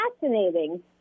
fascinating